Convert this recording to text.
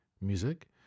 music